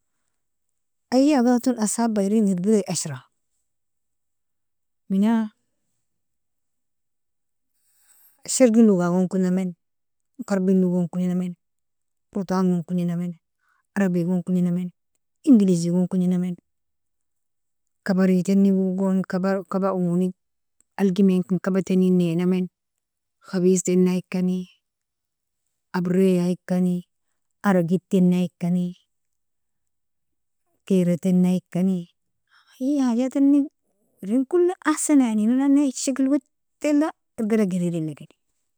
Ay agara asshaba erin irberi ashra mina, shargin lugga kolinamin, garbingon kolinamin, rotangon kolinamin, arabigon kolinamin, englizigon kolinamin, kabaritango goni kabaoni algimainkan kabatani ninamin, khabiztanaikani, abarikani, aragedtinaikani, keratinaikani ay hajatanig erin kula ahsana yani erinnani shakel wateila arbira gridilikni.